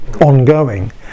ongoing